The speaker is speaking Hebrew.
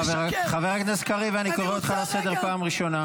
חבר הכנסת קריב, אני קורא אותך לסדר בפעם הראשונה.